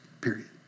period